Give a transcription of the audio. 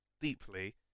deeply